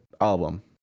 album